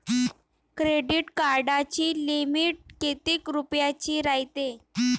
Credit कार्डाची limit कितीक रुपयाची रायते?